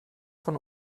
von